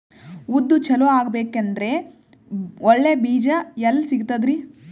ಉದ್ದು ಚಲೋ ಆಗಬೇಕಂದ್ರೆ ಒಳ್ಳೆ ಬೀಜ ಎಲ್ ಸಿಗತದರೀ?